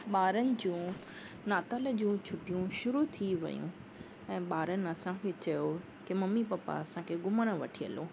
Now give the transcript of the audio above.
ॿारनि जूं नातलु जूं छुटियूं शुरु थी वियूं ऐं ॿारनि असांखे चयो की मम्मी पप्पा असांखे घुमणु वठी हलो